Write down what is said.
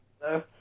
Hello